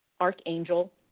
Archangel